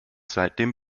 seitdem